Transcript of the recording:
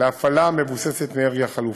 להפעלה מבוססת אנרגיה חלופית.